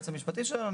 היועץ המשפטי שלנו.